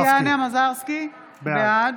מזרסקי, בעד